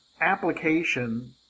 application